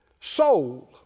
soul